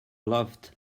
loved